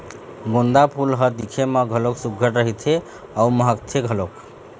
गोंदा फूल ह दिखे म घलोक सुग्घर रहिथे अउ महकथे घलोक